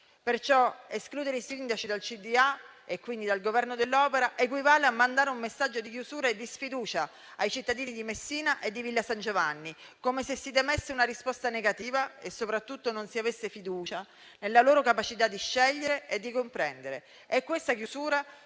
consiglio di amministrazione, quindi dal governo dell'opera, equivale a mandare un messaggio di chiusura e di sfiducia ai cittadini di Messina e di Villa San Giovanni, come se si temesse una risposta negativa e soprattutto non si avesse fiducia nella loro capacità di scegliere e di comprendere.